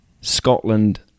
Scotland